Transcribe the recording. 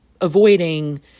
avoiding